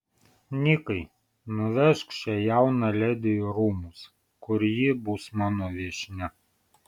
nikai nuvežk šią jauną ledi į rūmus kur ji bus mano viešnia